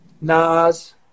Nas